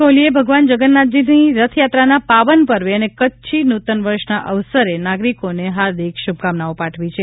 કોહલીએ ભગવાન જગન્નાથજીની રથયાત્રાના પાવનપર્વે અને કચ્છ નૂતન વર્ષના અવસરે નાગરિકોને હાર્દિક શુભકામનાઓ પાઠવી છે